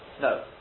No